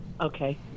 Okay